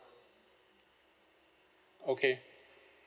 okay